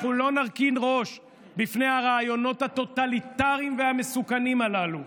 אנחנו לא נרכין ראש בפני הרעיונות הטוטליטריים והמסוכנים הללו.